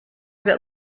that